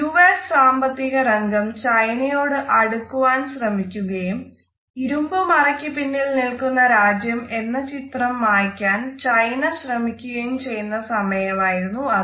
U S സാമ്പത്തിക രംഗം ചൈനയോട് അടുക്കുവാൻ ശ്രമിക്കുകയും ഇരുമ്പു മറയ്ക്ക് പിന്നിൽ നിൽക്കുന്ന രാജ്യം എന്ന ചിത്രം മായ്ക്കാൻ ചൈനയും ശ്രമിക്കുകയും ചെയ്യുന്ന സമയമായിരുന്നു അത്